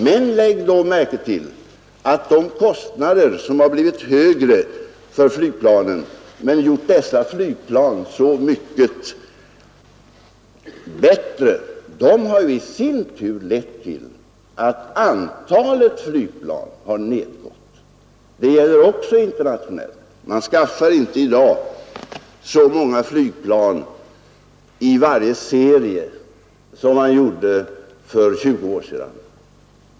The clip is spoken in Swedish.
Men då är att märka att de kostnader, som blivit högre för flygplanen men gjort dessa flygplan så mycket bättre, i sin tur har lett till att antalet flygplan har nedgått. Det gäller också internationellt. Man skaffar inte i dag så många flygplan i varje serie som man gjorde för 20 år sedan.